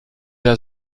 der